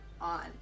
on